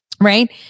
right